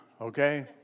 okay